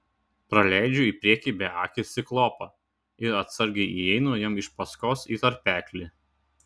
praleidžiu į priekį beakį ciklopą ir atsargiai įeinu jam iš paskos į tarpeklį